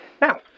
Now